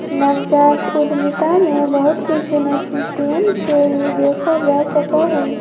नवजात उद्यमिता में बहुत सी चुनौतियन के भी देखा जा सका हई